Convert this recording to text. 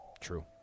True